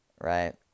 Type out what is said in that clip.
Right